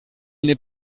n’est